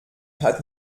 hat